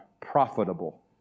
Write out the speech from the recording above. profitable